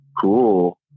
cool